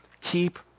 Keep